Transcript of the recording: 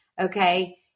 okay